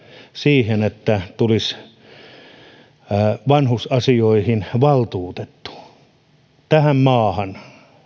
siihen että tulisi vanhusasioihin valtuutettu tähän maahan